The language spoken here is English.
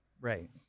right